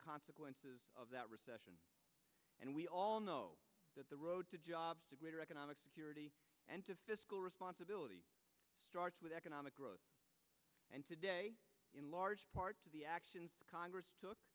consequences of that recession and we all know that the road to jobs to greater economic security and to fiscal responsibility starts with economic growth in large part to the actions congress took